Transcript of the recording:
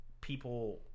people